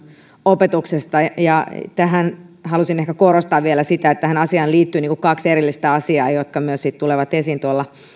opetuksesta halusin ehkä korostaa vielä sitä että tähän asiaan liittyy kaksi erillistä asiaa jotka myös tulevat esiin tuolla